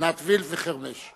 עינת וילף וחרמש.